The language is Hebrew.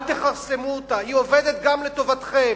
אל תכרסמו אותה, היא עובדת גם לטובתכם.